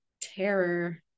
terror